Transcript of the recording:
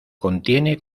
contiene